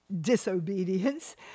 disobedience